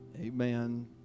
amen